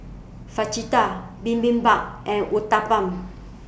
Fajitas Bibimbap and Uthapam